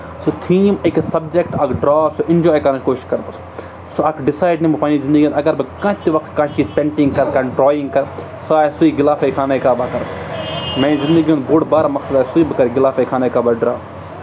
سُہ تھیٖم أکِس سَبجَکٹ اَکھ ڈاپ سُہ اِنجاے کَرنٕچ کوٗشِش کَرٕ بہٕ سُہ اَکھ ڈِسایِڈ نِمو بہٕ پَنٕنہِ زِندگی ہُنٛد اگر بہٕ کانٛہہ تہِ وقتہٕ کانٛہہ چیٖز پینٛٹِنٛگ کَرٕ کانٛہہ ڈرٛایِنٛگ کَرٕ سُہ آسہِ سُے گِلافے خانے کعبہ کَر میٛانہِ زِندگی ہُنٛد بوٚڑ بار مقصد آسہِ سُے بہٕ کَرٕ گِلافے خانے کعبہ ڈرٛا